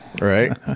Right